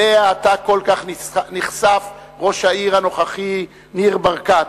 שאליה אתה כל כך נכסף, ראש העיר הנוכחי, ניר ברקת,